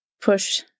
push